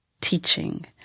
teaching